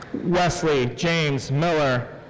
wesley james miller.